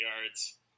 yards